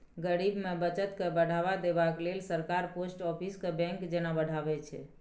गरीब मे बचत केँ बढ़ावा देबाक लेल सरकार पोस्ट आफिस केँ बैंक जेना बढ़ाबै छै